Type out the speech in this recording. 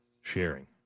sharing